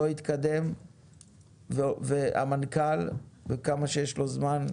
לא יתקדם והמנכ"ל כמה שיש לו זמן,